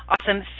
Awesome